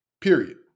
period